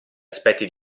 aspetti